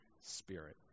Spirit